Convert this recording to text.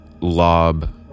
lob